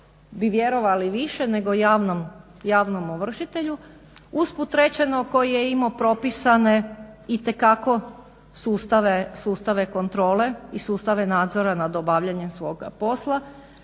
bi vjerovali više nego javnom ovršitelju usput rečeno koji je imao propisane, itekako sustave kontrole i sustave nadzora nad obavljanjem svoga posla